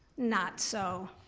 not so.